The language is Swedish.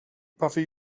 varför